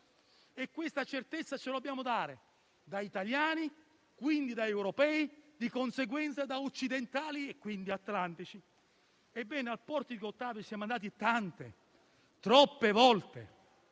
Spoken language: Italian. Questa certezza ce la dobbiamo dare da italiani, quindi da europei e, di conseguenza da occidentali, quindi atlantici. Ebbene, al Portico d'Ottavia siamo andati tante, troppe volte.